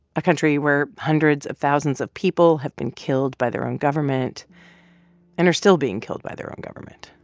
a country where hundreds of thousands of people have been killed by their own government and are still being killed by their own government.